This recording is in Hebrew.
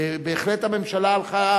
ובהחלט הממשלה הלכה,